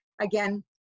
Again